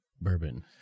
bourbon